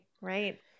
right